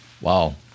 Wow